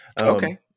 Okay